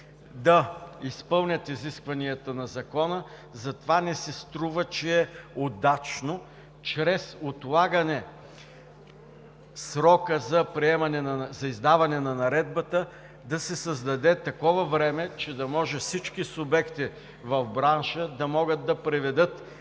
да изпълнят изискванията на Закона ни се струва, че е удачно чрез отлагане срока за издаване на наредбата да се създаде такова време, че всички субекти в бранша да могат да приведат